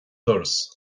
doras